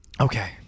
Okay